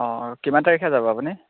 অঁ আৰু কিমান তাৰিখে যাব আপুনি